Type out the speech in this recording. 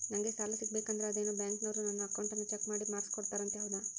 ನಂಗೆ ಸಾಲ ಸಿಗಬೇಕಂದರ ಅದೇನೋ ಬ್ಯಾಂಕನವರು ನನ್ನ ಅಕೌಂಟನ್ನ ಚೆಕ್ ಮಾಡಿ ಮಾರ್ಕ್ಸ್ ಕೋಡ್ತಾರಂತೆ ಹೌದಾ?